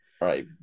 Right